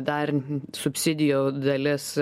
dar subsidijų dalis